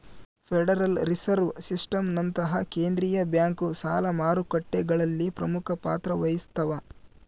federal reserve ಸಿಸ್ಟಮ್ನಂತಹ ಕೇಂದ್ರೀಯ bank ಸಾಲ ಮಾರುಕಟ್ಟೆಗಳಲ್ಲಿ ಪ್ರಮುಖ ಪಾತ್ರ ವಹಿಸ್ತವ